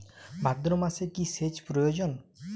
ভাদ্রমাসে কি সেচ প্রয়োজন?